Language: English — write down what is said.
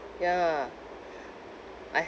ya I